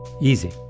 easy